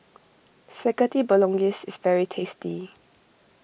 Spaghetti Bolognese is very tasty